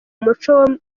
muco